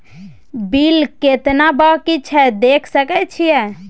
Bill केतना बाँकी छै देख सके छियै?